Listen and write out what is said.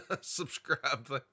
Subscribe